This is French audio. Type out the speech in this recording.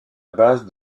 base